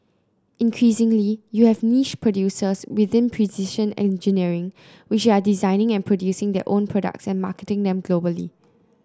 increasingly you have niche producers within precision engineering which are designing and producing their own products and marketing them globally